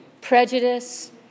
prejudice